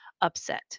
upset